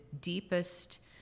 deepest